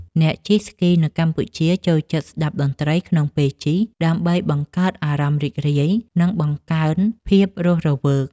អ្នកជិះស្គីនៅកម្ពុជាចូលចិត្តស្ដាប់តន្ត្រីក្នុងពេលជិះ ដើម្បីបង្កើតអារម្មណ៍រីករាយ និងបង្កើនភាពរស់រវើក។